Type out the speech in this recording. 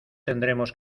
tendremos